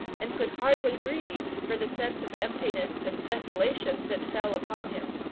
and could hardly breathe for the sense of emptiness and desolation that fell upon him.